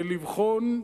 לבחון,